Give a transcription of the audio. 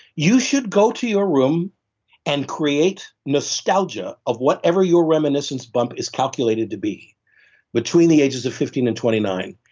you should go to your room and create nostalgia of whatever your reminiscence bump is calculated to be between the ages of fifteen and twenty nine,